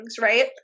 right